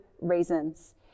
reasons